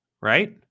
Right